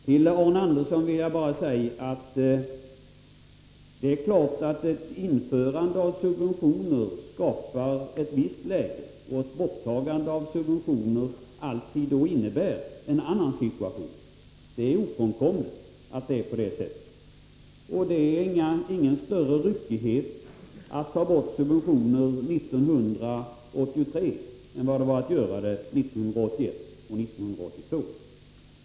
Till Arne Andersson i Ljung vill jag bara säga att det är klart att ett införande av subventioner skapar ett visst läge och att ett borttagande av subventioner alltid innebär en annan situation — det är ofrånkomligt. Det innebär vidare inte någon större ryckighet att ta bort subventioner 1983 än vad det var att göra det 1981 och 1982.